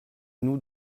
nous